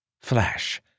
Flash